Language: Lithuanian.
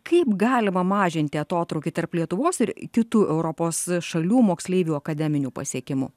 kaip galima mažinti atotrūkį tarp lietuvos ir kitų europos šalių moksleivių akademinių pasiekimų